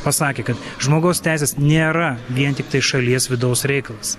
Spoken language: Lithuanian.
pasakė kad žmogaus teisės nėra vien tiktai šalies vidaus reikalas